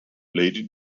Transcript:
lady